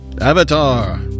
Avatar